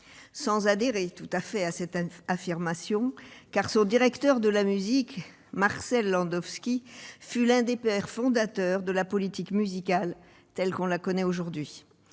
peut adhérer tout à fait à cette affirmation, car le directeur de la musique d'André Malraux, Marcel Landowsky, fut l'un des pères fondateurs de la politique musicale telle que nous la connaissons aujourd'hui,